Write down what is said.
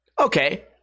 Okay